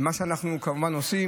מה שאנחנו כמובן עושים,